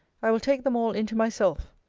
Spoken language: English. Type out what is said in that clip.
i will take them all into myself.